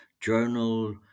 journal